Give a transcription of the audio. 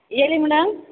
ಹೇಳಿ ಮೇಡಮ್